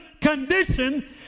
condition